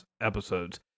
episodes